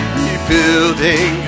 rebuilding